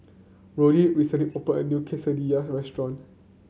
Roddy recently opened a new Quesadilla Restaurant